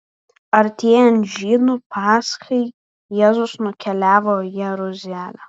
artėjant žydų paschai jėzus nukeliavo į jeruzalę